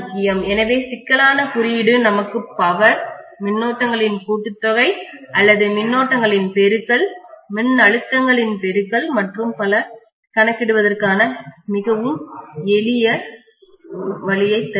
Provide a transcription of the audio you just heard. எனவே சிக்கலான குறியீடு நமக்கு பவர் மின்னோட்டங்களின் கூட்டுத்தொகை அல்லது மின்னோட்டங்களின் பெருக்கல் மின்னழுத்தங்களின் பெருக்கல் மற்றும் பல கணக்கிடுவதற்கான மிகவும் எளிய வழியை தருகிறது